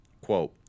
Quote